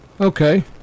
Okay